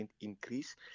increase